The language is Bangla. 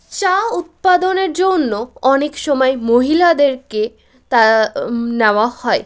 চা উৎপাদনের জন্য অনেক সময় মহিলাদেরকে তা নেওয়া হয়